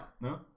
No